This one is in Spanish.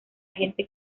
gente